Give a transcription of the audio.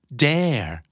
dare